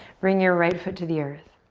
bring your right foot to the earth.